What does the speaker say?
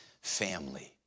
family